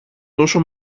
τόσο